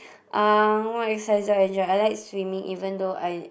um what exercise do I enjoy I like swimming even though I